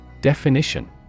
Definition